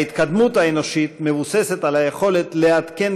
ההתקדמות האנושית מבוססת על היכולת לעדכן